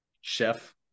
Chef